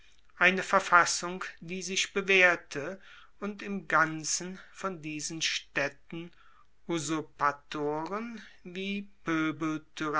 eine verfassung die sich bewaehrte und im ganzen von diesen staedten usurpatoren wie